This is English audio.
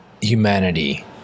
humanity